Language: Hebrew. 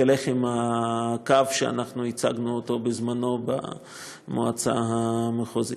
תלך עם הקו שהצגנו בזמנו במועצה המחוזית,